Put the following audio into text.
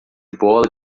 bola